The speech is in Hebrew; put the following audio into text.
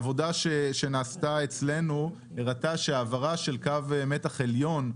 עבודה שנעשתה אצלנו הראתה שהעברה של קו מתח עליון,